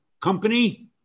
company